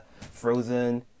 Frozen